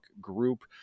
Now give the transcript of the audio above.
group